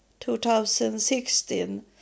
2016